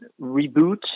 reboot